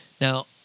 Now